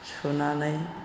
सुनानै